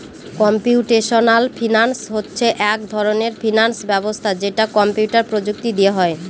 computational finance হচ্ছে এক ধরনের ফিনান্স ব্যবস্থা যেটা কম্পিউটার প্রযুক্তি দিয়ে হয়